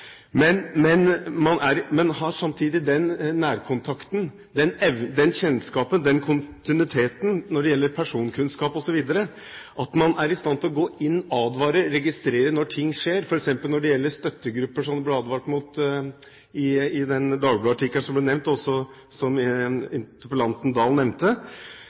Men man har samtidig den nærkontakten, den kjennskapen, den kontinuiteten når det gjelder personkunnskap osv., at man er i stand til å gå inn og advare, registrere når ting skjer, f.eks. når det gjelder støttegrupper som det ble advart mot i